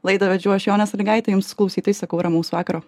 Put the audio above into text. laidą vedžiau aš jonė sąlygaitė jums klausytojai sakau ramaus vakaro